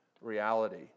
reality